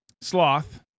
Sloth